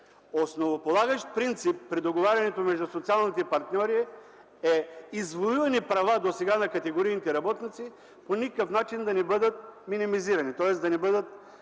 Основополагащ принцип при договарянето между социалните партньори е извоювани права досега на категорийните работници по никакъв начин да не бъдат минимизирани, тоест да не отпадат